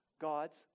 God's